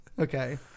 Okay